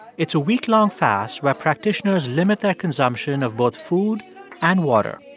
it's a week-long fast where practitioners limit their consumption of both food and water.